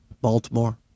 Baltimore